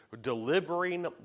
delivering